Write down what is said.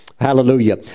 Hallelujah